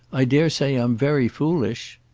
i dare say i'm very foolish.